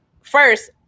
first